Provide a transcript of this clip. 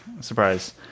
Surprise